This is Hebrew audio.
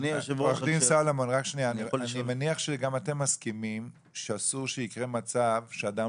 עורך דין סלומון אני מניח שגם אתם מסכימים שאסור שיקרה מצב שאדם